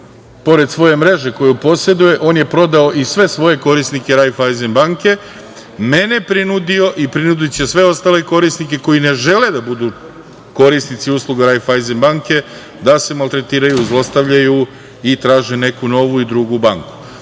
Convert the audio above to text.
Pored svoje mreže koju poseduje, on je prodao i sve svoje korisnike „Raiffeisen banke“, mene prinudio i prinudiće sve ostale korisnike koji ne žele da budu korisnici usluga „Raiffeisen banke“ da se maltretiraju i zlostavljaju i traže neku novu i drugu banku. Iz